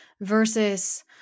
versus